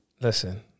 Listen